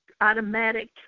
automatic